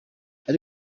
ari